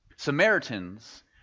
Samaritans